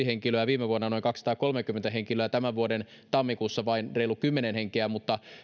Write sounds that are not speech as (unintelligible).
(unintelligible) henkilöä viime vuonna noin kaksisataakolmekymmentä henkilöä ja tämän vuoden tammikuussa vain reilu kymmenen henkeä mutta